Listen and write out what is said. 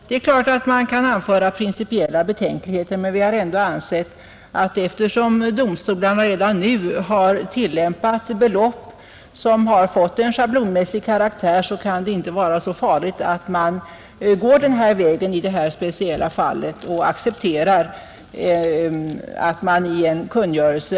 Det är klart att man kan anföra principiella betänkligheter, men eftersom domstolarna redan nu utdömer belopp som fått en schablonmässig karaktär har vi inte ansett att avgörande invändningar kan resas emot att beloppen anges i en kungörelse.